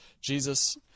Jesus